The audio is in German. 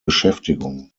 beschäftigung